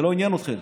זה לא עניין אתכם,